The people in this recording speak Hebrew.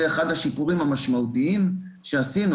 זה אחד השיפורים המשמעותיים שעשינו.